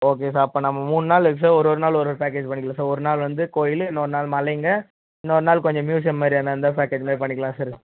okay sir அப்போ நம்ம மூணு நாள் இருக்குது சார் ஒரு ஒரு நாள் ஒரு பேக்கஜ் பண்ணிக்கலாம் சார் ஒரு நாள் வந்து கோயில் இன்னொரு நாள் மலைங்க இன்னொரு நாள் கொஞ்சம் மியூசியம் மாதிரி எதனால் இருந்தால் பேக்கஜ் மாதிரி பண்ணிக்கலாம் சார்